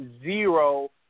zero